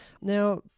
Now